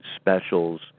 specials